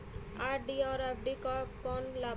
RD और FD क कौन कौन लाभ बा?